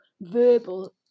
verbal